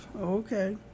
Okay